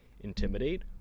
intimidate